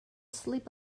sleep